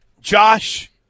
Josh